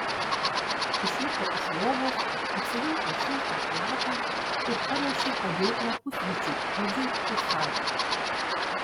išlipo iš lovos apsivilko šiltą chalatą ir paruošė padėklą pusryčių edžiui ir sau